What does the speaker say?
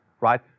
right